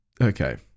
Okay